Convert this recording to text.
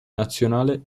nazionale